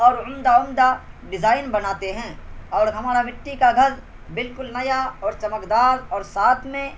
اور عمدہ عمدہ ڈیزائن بناتے ہیں اور ہمارا مٹی کا گھر بالکل نیا اور چمکدار اور ساتھ میں